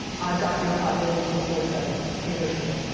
i've got ear pods in twenty four seven. can't hear shit.